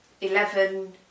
eleven